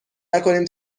نکنیم